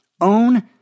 Own